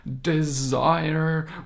desire